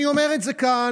אני אומר את זה כאן,